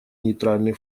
нейтральный